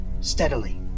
steadily